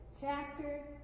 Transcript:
chapter